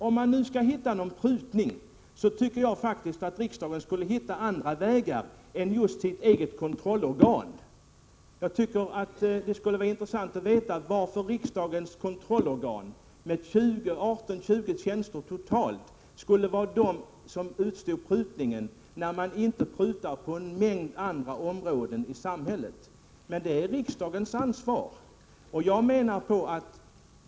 Om man nu skall spara någonstans tycker jag faktiskt att riksdagen kunde hitta andra än just sitt eget kontrollorgan. Jag tycker att det skulle vara intressant att veta varför riksdagens kontrollorgan med 18-20 tjänster totalt skulle vara det som får stå ut med prutningar, när man inte prutar på en mängd andra områden i samhället. Men här har riksdagen ett ansvar.